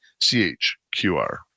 CHQR